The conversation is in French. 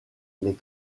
les